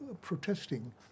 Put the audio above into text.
protesting